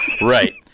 Right